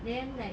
then like